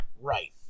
Right